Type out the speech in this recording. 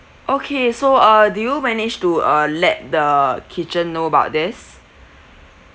okay so uh did you managed to uh let the kitchen know about this